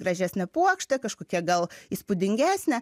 gražesnę puokštę kažkokią gal įspūdingesnę